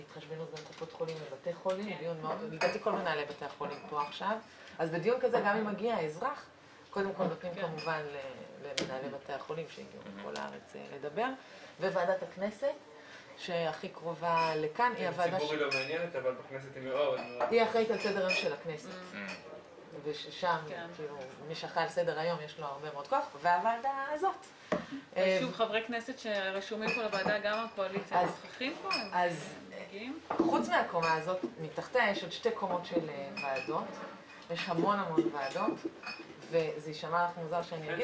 היא לא מעל גיל 80. האם אפשר גם לאוכלוסייה